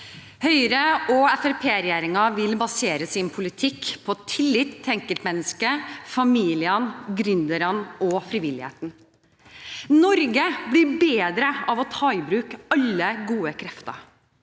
Fremskrittsparti-regjeringen vil basere sin politikk på tillit til enkeltmennesket, familiene, gründerne og frivilligheten. Norge blir bedre av å ta i bruk alle gode krefter.